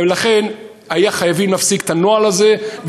לכן היו חייבים להפסיק את הנוהל הזה.